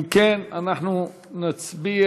אם כן, אנחנו נצביע.